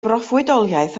broffwydoliaeth